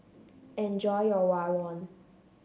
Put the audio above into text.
enjoy your Rawon